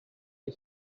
you